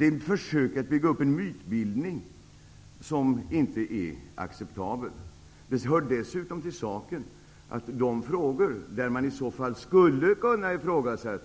Det är ett försök att bygga upp en mytbildning, som inte är acceptabel. Det hör dessutom till saken att de ärenden där man skulle ha kunnat ifrågasätta